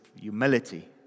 humility